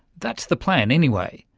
that's the plan anyway.